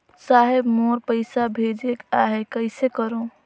साहेब मोर पइसा भेजेक आहे, कइसे करो?